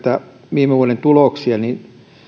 viime vuoden tuloksia niin vr